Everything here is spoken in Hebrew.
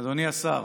אדוני השר,